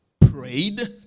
Prayed